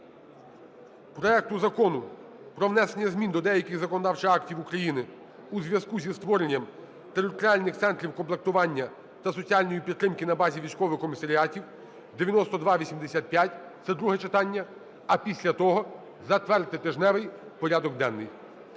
проекту Закону про внесення змін до деяких законодавчих актів України у зв'язку зі створенням територіальних центрів комплектування та соціальної підтримки на базі військових комісаріатів (9285), це друге читання. А після того затвердити тижневий порядок денний.